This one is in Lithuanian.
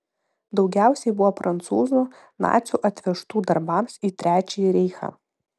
daugiausiai buvo prancūzų nacių atvežtų darbams į trečiąjį reichą